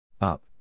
Up